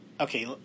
Okay